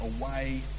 away